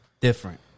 different